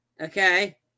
Okay